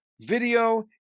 video